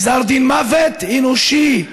גזר דין מוות אנושי,